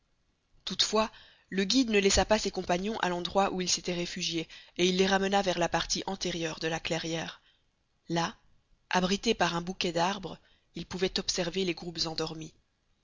toutefois le guide ne laissa pas ses compagnons à l'endroit où ils s'étaient réfugiés et il les ramena vers la partie antérieure de la clairière là abrités par un bouquet d'arbres ils pouvaient observer les groupes endormis